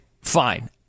fine